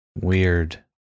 Weird